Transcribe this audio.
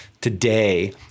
today